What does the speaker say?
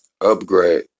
upgrade